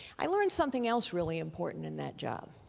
i learned something else really important in that job.